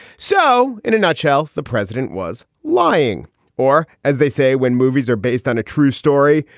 so in a nutshell, the president was lying or as they say, when movies are based on a true story.